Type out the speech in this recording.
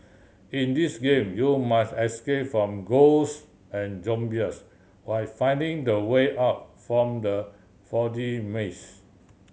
in this game you must escape from ghost and zombies while finding the way out from the foggy maze